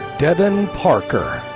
de'vine parker.